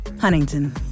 Huntington